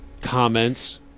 comments